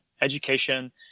education